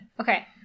Okay